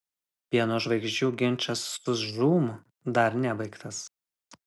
pieno žvaigždžių ginčas su žūm dar nebaigtas